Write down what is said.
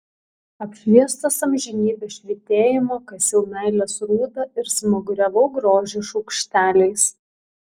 apšviestas amžinybės švytėjimo kasiau meilės rūdą ir smaguriavau grožį šaukšteliais